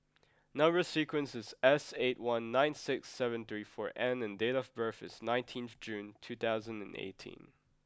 number sequence is S eight one nine six seven three four N and date of birth is nineteenth June two thousand and eighteen